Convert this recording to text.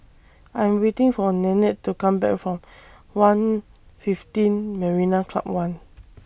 I Am waiting For Nanette to Come Back from one fifteen Marina Club one